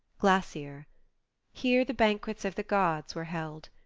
glasir. here the banquets of the gods were held.